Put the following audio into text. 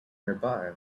nearby